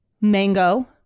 mango